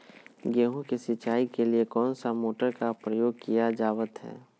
गेहूं के सिंचाई के लिए कौन सा मोटर का प्रयोग किया जावत है?